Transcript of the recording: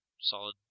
Solid